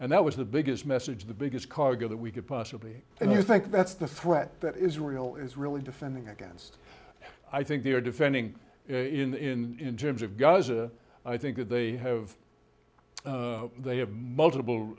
and that was the biggest message the biggest cargo that we could possibly and you think that's the threat that israel is really defending against i think they are defending in terms of gaza i think that they have they have multiple